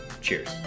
cheers